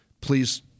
please